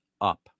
up